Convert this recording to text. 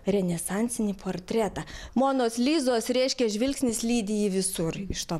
renesansinį portretą monos lizos reiškia žvilgsnis lydi jį visur iš to